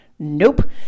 Nope